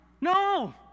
No